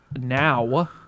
now